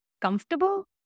comfortable